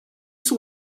saw